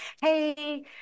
hey